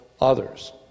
others